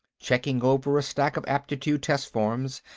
checking over a stack of aptitude test forms,